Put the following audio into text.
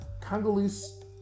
Congolese